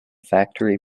factory